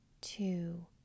two